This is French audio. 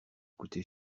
coûté